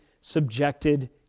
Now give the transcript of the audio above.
subjected